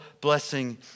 blessing